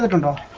like and